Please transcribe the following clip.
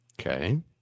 Okay